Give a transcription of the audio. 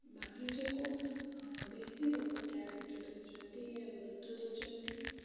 ଵାଣିଜ୍ୟକୁ ବେଶୀ ଲୋକ priority ଦେଉଛନ୍ତି ୟା ଗୁରୁତ୍ୱ ଦେଉଛନ୍ତି